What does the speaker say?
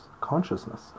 consciousness